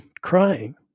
crying